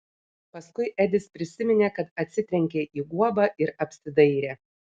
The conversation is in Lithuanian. paskui edis prisiminė kad atsitrenkė į guobą ir apsidairė